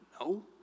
no